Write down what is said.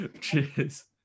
cheers